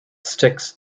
sticks